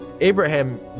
Abraham